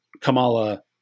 Kamala